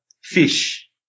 fish